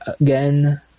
again